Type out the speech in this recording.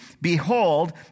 Behold